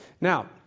Now